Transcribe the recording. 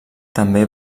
també